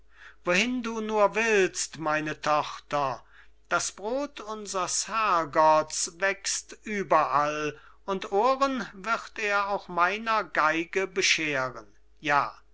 wohin du nur willst meine tochter das brod unsers herrgotts wächst überall und ohren wird er auch meiner geige bescheren ja